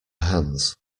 hands